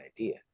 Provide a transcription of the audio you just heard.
idea